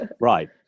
Right